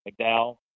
McDowell